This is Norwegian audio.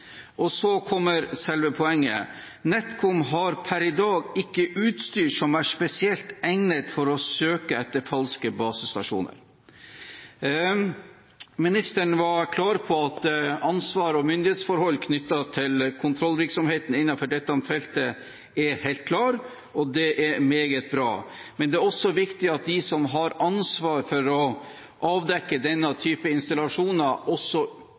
Og så kommer selve poenget: «Nkom har per i dag ikke utstyr som er spesielt egnet for å søke etter falske basestasjoner.» Ministeren var klar på at ansvar og myndighetsforhold knyttet til kontrollvirksomheten innenfor dette feltet er helt klare, og det er meget bra. Men det er også viktig at de som har ansvar for å avdekke denne typen installasjoner, også